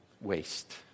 waste